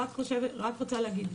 אני רק רוצה להגיד,